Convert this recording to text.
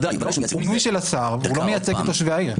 הוא מינוי של השר, אבל לא מייצג את תושבי העיר.